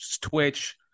twitch